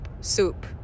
soup